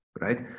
right